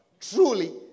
Truly